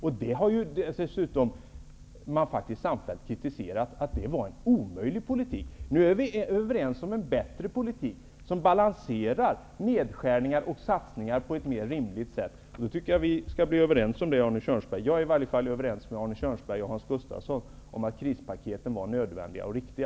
Den politiken har dessutom samfällt kritiserats som omöjlig. Nu är vi överens om en bättre politik, som balanserar nedskärningar och satsningar på ett mer rimligt sätt. Jag är i varje fall överens med Arne Kjörnsberg och Hans Gustafsson om att krispaketen var nödvändiga och riktiga.